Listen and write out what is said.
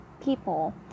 people